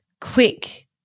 quick